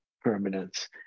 permanence